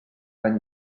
any